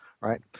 right